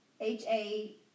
H-A